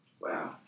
wow